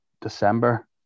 December